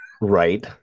right